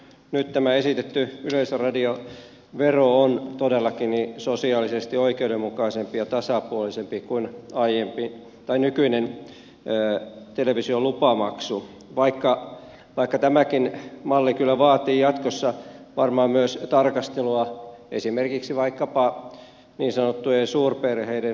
nyt tämä esitetty yleisradiovero on todellakin sosiaalisesti oikeudenmukaisempi ja tasapuolisempi kuin nykyinen televisiolupamaksu vaikka tämäkin malli kyllä vaatii jatkossa varmaan myös tarkastelua esimerkiksi vaikkapa niin sanottujen suurperheiden asemaan liittyen